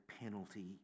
penalty